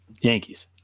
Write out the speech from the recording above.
Yankees